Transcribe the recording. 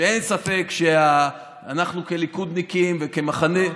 אין ספק שאנחנו כליכודניקים וכמחנה,